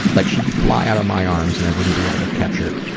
like she'd fly out of my arms and i wouldn't be able to catch her.